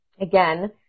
again